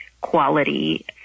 quality